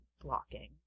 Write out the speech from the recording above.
blocking